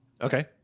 Okay